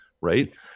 Right